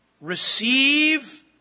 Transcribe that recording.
Receive